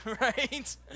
Right